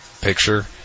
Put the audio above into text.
picture